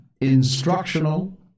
instructional